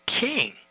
King